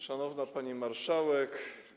Szanowna Pani Marszałek!